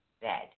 bed